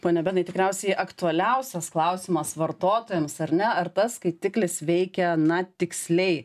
pone benai tikriausiai aktualiausias klausimas vartotojams ar ne ar tas skaitiklis veikia na tiksliai